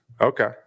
Okay